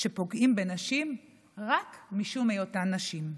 שפוגעים בנשים רק משום היותן נשים,